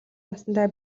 насандаа